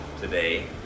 today